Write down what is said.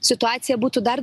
situacija būtų dar